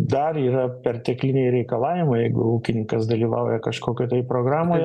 dar yra pertekliniai reikalavimai jeigu ūkininkas dalyvauja kažkokioj tai programoje